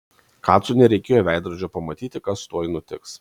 kacui nereikėjo veidrodžio pamatyti kas tuoj nutiks